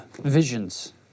visions